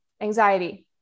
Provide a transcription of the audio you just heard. anxiety